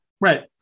right